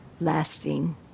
lasting